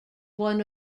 one